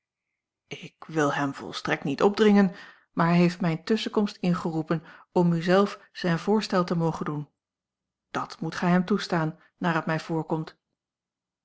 ik wil hem volstrekt niet opdringen maar hij heeft mijne tusschenkomst ingeroepen om u zelf zijn voorstel te mogen doen dat moet gij hem toestaan naar het mij voorkomt